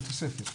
כתוספת,